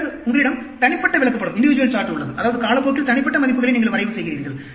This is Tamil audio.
பின்னர் உங்களிடம் தனிப்பட்ட விளக்கப்படம் உள்ளது அதாவது காலப்போக்கில் தனிப்பட்ட மதிப்புகளை நீங்கள் வரைவு செய்கிறீர்கள்